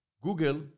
Google